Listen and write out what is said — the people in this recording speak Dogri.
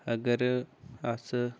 अगर अस